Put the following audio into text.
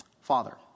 Father